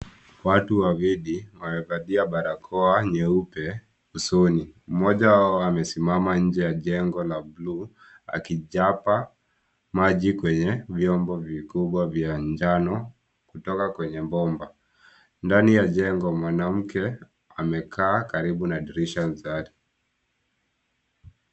Watu wawili wamevalia barakoa nyeupe usoni. Mmoja wao amesimama nje ya jengo la buluu akichapa maji kwenye vyombo vikubwa vya njano kutoka kwenye bomba. Ndani ya jengo, mwanamke amekaa karibu na dirisha nzari.